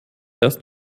erst